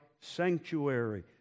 sanctuary